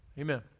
Amen